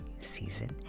Season